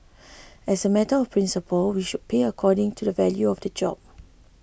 as a matter of principle we should pay according to the value of the job